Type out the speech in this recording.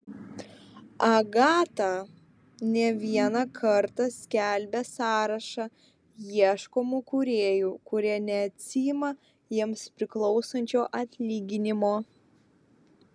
agata ne vieną kartą skelbė sąrašą ieškomų kūrėjų kurie neatsiima jiems priklausančio atlyginimo